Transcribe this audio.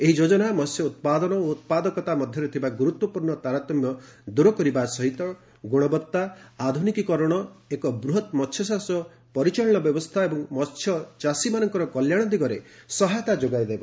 ଏହି ଯୋଜନା ମହ୍ୟ ଉତ୍ପାଦନ ଓ ଉତ୍ପାଦକତା ମଧ୍ୟରେ ଥିବା ଗୁରୁତ୍ୱପୂର୍ଣ୍ଣ ତାରତମ୍ୟ ଦୂର ସହିତ ଗୁଣବତ୍ତା ଆଧୁନିକୀକରଣ ଏକ ବୃହତ ମସ୍ୟଚାଷ ପରିଚାଳନା ବ୍ୟବସ୍ଥା ଏବଂ ମହ୍ୟଚାଷୀମାନଙ୍କର କଲ୍ୟାଣ ଦିଗରେ ସହାୟତା ଯୋଗାଇଦେବ